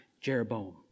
Jeroboam